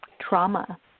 trauma